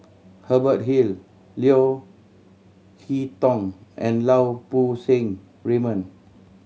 Hubert Hill Leo Hee Tong and Lau Poo Seng Raymond